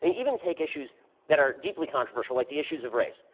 and even take issues that are deeply controversial, like the issues of race.